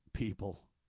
people